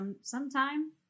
sometime